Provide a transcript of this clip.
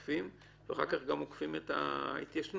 ואחר כך גם עוקפים את ההתיישנות.